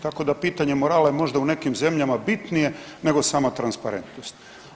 Tako da pitanje morala je možda u nekim zemljama bitnije nego sama transparentnost.